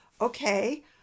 okay